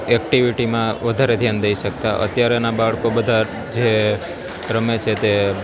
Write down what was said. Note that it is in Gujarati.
એકટીવીટીમાં વધારે ધ્યાન દઈ શકતા અત્યારના બાળકો બધા જે રમે છે તે